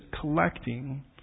collecting